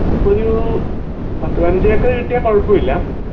നമ്മുക്കൊരു പത്ത്പതിനഞ്ച് ഏക്കർ കിട്ടിയാൽ കുഴപ്പം ഇല്ല